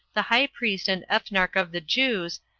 the high priest and ethnarch of the jews,